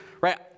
right